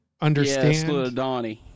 understand